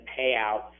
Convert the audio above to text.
payouts